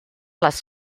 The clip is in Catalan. les